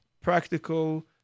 practical